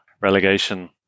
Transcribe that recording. relegation